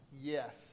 Yes